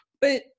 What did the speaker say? but-